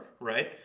right